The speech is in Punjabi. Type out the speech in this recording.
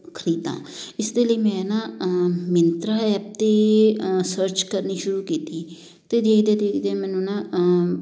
ਖਰੀਦਾਂ ਇਸਦੇ ਲਈ ਮੈਂ ਨਾ ਮਿੰਨਤਰਾ ਐਪ 'ਤੇ ਸਰਚ ਕਰਨੀ ਸ਼ੁਰੂ ਕੀਤੀ ਅਤੇ ਦੇਖਦਿਆ ਦੇਖਦਿਆ ਮੈਨੂੰ ਨਾ